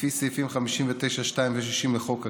לפי סעיפים 59(2) ו-60 לחוק הכנסת,